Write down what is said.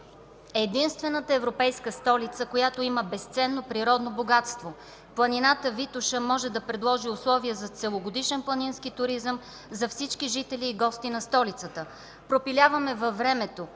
е единствената европейска столица, която има безценно природно богатство. Планината Витоша може да предложи условия за целогодишен планински туризъм за всички жители и гости на столицата. Пропиляваме във времето